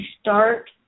start